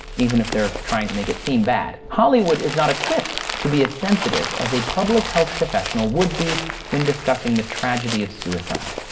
even if they're trying to make it seem bad. hollywood is not equipped to be as sensitive as a public health professional would be when discussing the tragedy of suicide.